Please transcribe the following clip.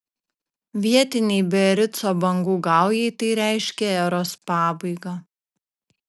vietinei biarico bangų gaujai tai reiškė eros pabaigą